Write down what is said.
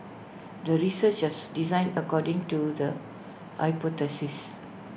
the research was designed according to the hypothesis